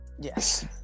Yes